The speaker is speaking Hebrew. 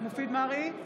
מופיד מרעי,